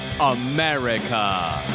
America